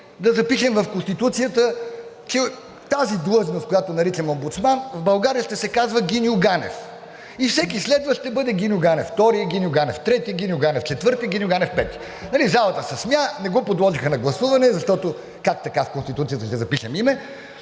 да запишем в Конституцията, че тази длъжност, която наричаме омбудсман, в България ще се казва Гиньо Ганев и всеки следващ ще бъде – Гиньо Ганев II, Гиньо Ганев III, Гиньо Ганев IV, Гиньо Ганев V.“ Залата се смя, не го подложиха на гласуване, защото как така в Конституцията ще запишем име.